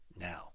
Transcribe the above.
now